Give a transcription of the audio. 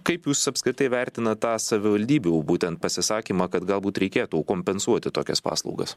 kaip jūs apskritai vertinat tą savivaldybių būtent pasisakymą kad galbūt reikėtų kompensuoti tokias paslaugas